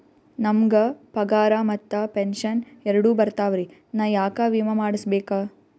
ನಮ್ ಗ ಪಗಾರ ಮತ್ತ ಪೆಂಶನ್ ಎರಡೂ ಬರ್ತಾವರಿ, ನಾ ಯಾಕ ವಿಮಾ ಮಾಡಸ್ಬೇಕ?